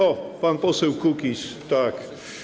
O, pan poseł Kukiz, tak.